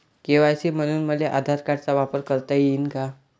KYC म्हनून मले आधार कार्डाचा वापर करता येईन का?